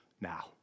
now